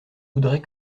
voudrait